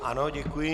Ano, děkuji.